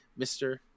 Mr